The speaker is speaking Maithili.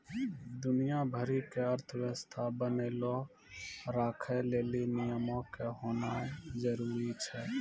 दुनिया भरि के अर्थव्यवस्था बनैलो राखै लेली नियमो के होनाए जरुरी छै